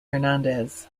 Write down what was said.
hernandez